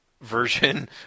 version